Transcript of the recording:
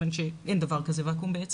בעצם אין דבר כזה ואקום.